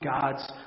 God's